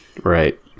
Right